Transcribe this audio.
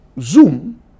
Zoom